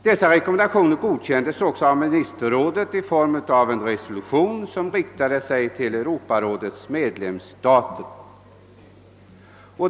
Dessa rekommendationer godkändes av ministerrådet, i form av en resolution som riktade sig till Europarådets medlemsstater.